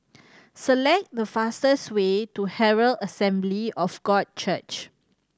select the fastest way to Herald Assembly of God Church